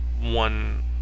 one